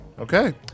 Okay